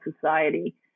society